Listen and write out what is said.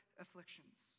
afflictions